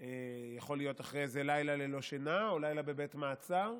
יכול להיות אחרי איזה לילה ללא שינה או לילה בבית מעצר.